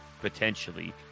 potentially